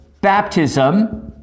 baptism